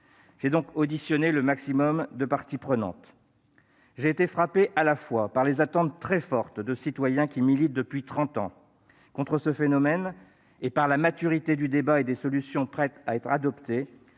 J'ai donc auditionné le maximum de parties prenantes. J'ai été frappé à la fois par les attentes très fortes de citoyens qui militent, parfois depuis trente ans, contre ce phénomène et par la maturité du débat et des solutions prêtes à être adoptées,